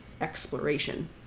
exploration